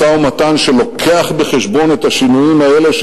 משא-ומתן שמביא בחשבון את השינויים האלה,